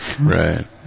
Right